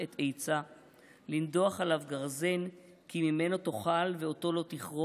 את עצה לנדח עליו גרזן כי ממנו תאכל ואתו לא תכרת